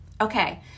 Okay